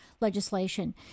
legislation